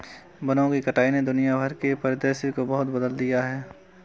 वनों की कटाई ने दुनिया भर के परिदृश्य को बहुत बदल दिया है